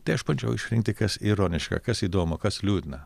tai aš bandžiau išrinkti kas ironiška kas įdomu kas liūdna